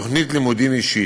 תוכנית לימודים אישית.